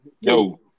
Yo